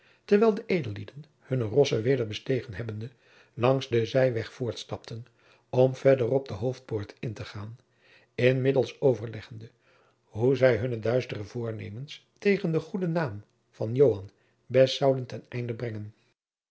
terwijl de edellieden hunne rossen weder bestegen hebbende langs den zijweg voortstapten om verderop de hoofdpoort in te gaan inmiddels overleggende hoe zij hunne duistere voornemens tegen den goeden naam van joan best zouden ten einde brengen